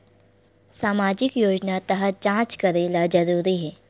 सामजिक योजना तहत जांच करेला जरूरी हे